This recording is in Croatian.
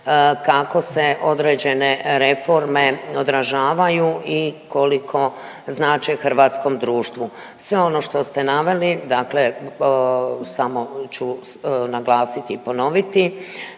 kako se određene reforme odražavaju i koliko znače hrvatskom društvu. Sve ono što ste naveli samo ću naglasiti i ponoviti